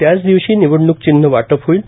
त्याच दिवशी निवडणूक चिन्ह वाटप होईल